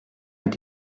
est